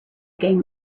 game